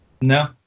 No